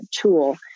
tool